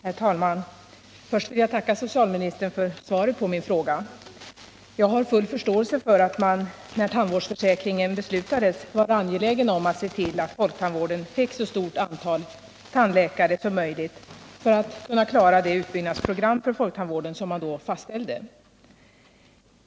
Herr talman! Först vill jag tacka socialministern för svaret på min fråga. Jag har full förståelse för att man när tandvårdsförsäkringen beslutades var angelägen om att se till att folktandvården fick så stort antal tandläkare som möjligt för att kunna klara det utbyggnadsprogram för folktandvården som man då fastställde.